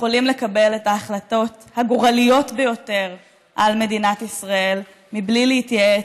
יכולים לקבל את ההחלטות הגורליות ביותר למדינת ישראל מבלי להתייעץ,